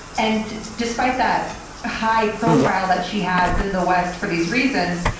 and despite that high profile that she has in the west for these reasons,